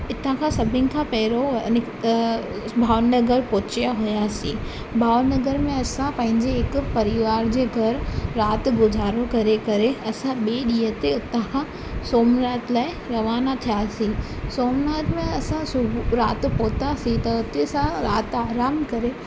हितां खां सभिनि खां पैरो नि सभिनि खां पहिरियों भावनगर पहुची हुआसीं भावनगर में असां पैंजे हिकु परिवार जे घर राति गुजारो करे करे असां ॿिए ॾींहं ते हुतां खां सोमनाथ लाइ रवाना सोमनाथ में असां सुबुहु राति पहुतासीं त उते सां राति आराम करे